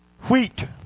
wheat